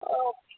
okay